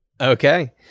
Okay